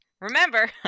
remember